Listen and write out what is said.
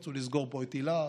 רצו לסגור פה את היל"ה,